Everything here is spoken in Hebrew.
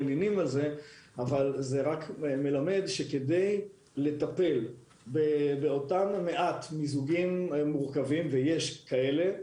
וזה מלמד שכדי לטפל במעט המיזוגים המורכבים שיש גם כאלו,